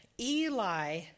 Eli